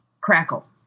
Crackle